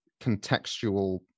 contextual